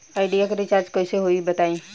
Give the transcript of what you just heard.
Idea के recharge कइसे होई बताईं?